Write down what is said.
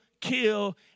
kill